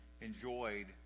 enjoyed